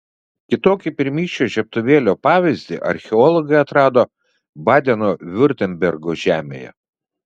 kitokį pirmykščio žiebtuvėlio pavyzdį archeologai atrado badeno viurtembergo žemėje